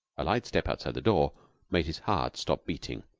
a light step outside the door made his heart stop beating.